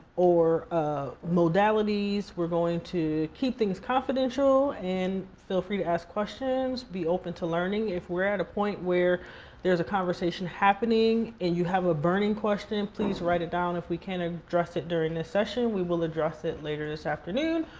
or modalities. we're going to keep things confidential and feel free to ask questions. be opening to learning. if we're at a point where there's a conversation happening and you have a burning question and please write it down. if we can't address it during this session, we will address it later this afternoon,